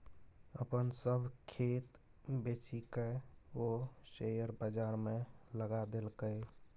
अपन सभ खेत बेचिकए ओ शेयर बजारमे लगा देलकै